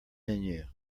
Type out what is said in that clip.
menu